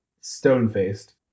Stone-faced